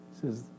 says